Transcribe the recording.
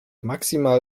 maximal